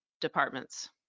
departments